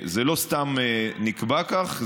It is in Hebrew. זה לא סתם נקבע כך,